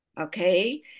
okay